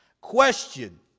Question